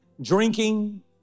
drinking